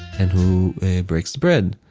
and who breaks the bread?